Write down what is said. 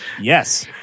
yes